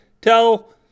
Tell